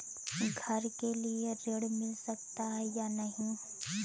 घर के लिए ऋण मिल सकता है या नहीं?